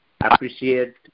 appreciate